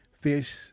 fish